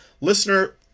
Listener